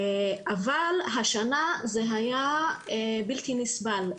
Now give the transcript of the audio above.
אבל השנה זה היה בלתי נסבל.